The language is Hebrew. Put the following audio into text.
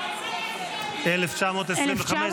-- 1925.